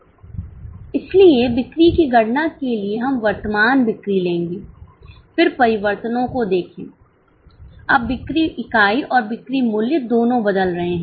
इसलिए बिक्री की गणना के लिए हम वर्तमान बिक्री लेंगे फिर परिवर्तनों को देखें अब बिक्री इकाई और बिक्री मूल्य दोनों बदल रहे हैं